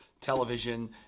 Television